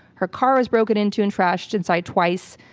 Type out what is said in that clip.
her car was broken into and trashed inside twice.